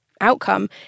outcome